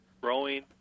growing